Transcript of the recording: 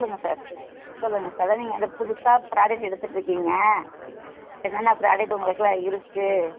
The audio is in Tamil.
சொல்லுங்கள் சார் சொல்லுங்கள் சார் நீங்கள் அந்த புதுசாக ப்ராடெக்ட் எடுத்துகிட்ருக்கீங்க என்னென்ன ப்ராடெக்ட் உங்களுக்கெலாம் இருக்குது